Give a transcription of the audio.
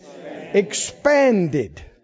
Expanded